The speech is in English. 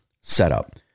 setup